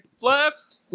Left